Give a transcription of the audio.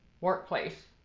Workplace